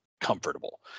comfortable